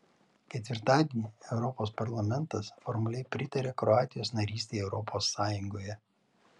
ketvirtadienį europos parlamentas formaliai pritarė kroatijos narystei europos sąjungoje